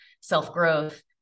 self-growth